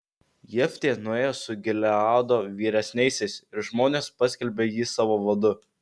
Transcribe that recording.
jeftė nuėjo su gileado vyresniaisiais ir žmonės paskelbė jį savo vadu